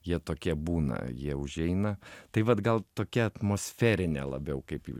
jie tokie būna jie užeina tai vat gal tokia atmosferinė labiau kaip